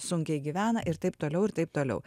sunkiai gyvena ir taip toliau ir taip toliau